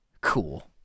cool